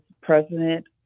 president